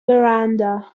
verandah